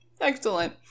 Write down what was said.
Excellent